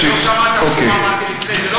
לא שמעת מה שאמרתי לפני.